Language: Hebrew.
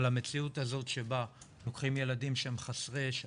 אבל המציאות הזאת שבה לוקחים ילדים שהם חסרי ישע,